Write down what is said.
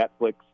Netflix